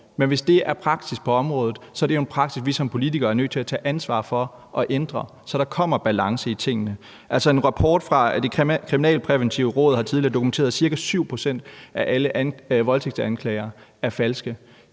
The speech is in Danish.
Men hvis det er praksis på området, er det jo en praksis, vi som politikere er nødt til at tage ansvar for at ændre, så der kommer balance i tingene. En rapport fra Det Kriminalpræventive Råd har tidligere dokumenteret, at ca. 7 pct. af alle voldtægtsanklager er falske.